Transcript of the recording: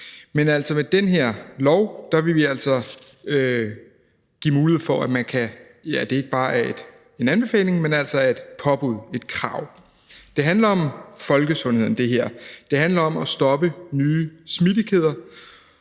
Men med det her lovforslag vil vi altså give mulighed for, at det ikke bare er en anbefaling, men altså er et påbud og et krav. Det her handler om folkesundheden; det handler om at stoppe nye smittekæder